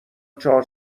چهار